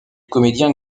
comédien